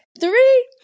three